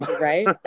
Right